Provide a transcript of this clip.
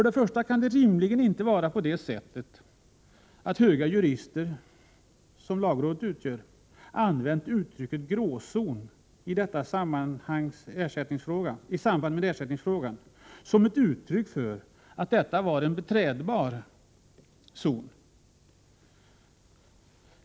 Det kan rimligen inte vara på det sättet att de höga jurister som utgör lagrådet använt uttrycket gråzon i samband med ersättningsfrågan som ett uttryck för att detta är en beträdbar zon.